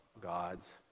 God's